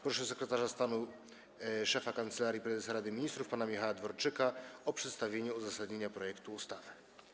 Proszę sekretarza stanu, szefa Kancelarii Prezesa Rady Ministrów pana Michała Dworczyka o przedstawienie uzasadnienia projektu ustawy.